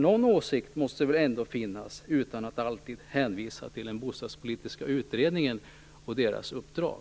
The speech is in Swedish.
Någon åsikt måste han väl ha utan att alltid hänvisa till den bostadspolitiska utredningen och dess uppdrag.